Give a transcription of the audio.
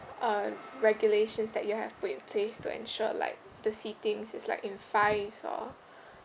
uh regulations that you all have put in place to ensure like the seatings is like in fives or